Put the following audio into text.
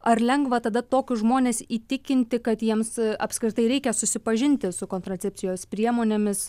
ar lengva tada tokius žmones įtikinti kad jiems apskritai reikia susipažinti su kontracepcijos priemonėmis